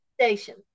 station